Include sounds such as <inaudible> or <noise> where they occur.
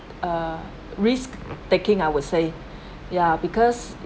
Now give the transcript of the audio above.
uh risk-taking I would say <breath> ya because